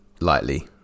lightly